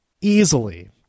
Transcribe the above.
easily